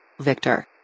Victor